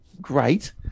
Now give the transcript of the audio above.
great